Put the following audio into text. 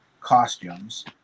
costumes